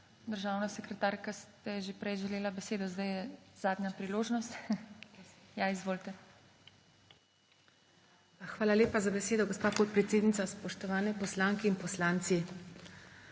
državna sekretarka, ste že prej želela besedo. Zdaj je zadnja priložnost. Ja, izvolite. ALENKA FORTE: Hvala lepa za besedo, gospa podpredsednica. Spoštovane poslanke in poslanci.